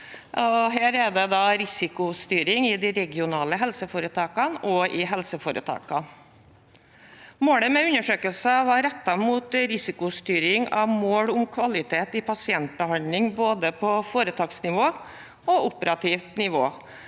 tema: risikostyring i de regionale helseforetakene og i helseforetakene. Undersøkelsen var rettet mot risikostyring av mål om kvalitet i pasientbehandling, både på foretaksnivå og på operativt nivå,